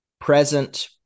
present